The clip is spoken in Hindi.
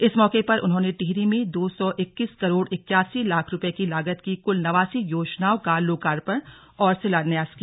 इस मौके पर उन्होंने टिहरी में दो सौ इक्कीस करोड़ इक्यासी लाख रूपये की लागत की कुल नवासी योजनाओं का लोकापर्ण और शिलान्यास किया